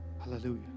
Hallelujah